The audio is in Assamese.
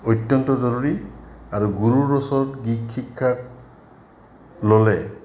অত্যন্ত জৰুৰী আৰু গুৰুৰ ওচৰত গীত শিক্ষা ল'লে